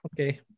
Okay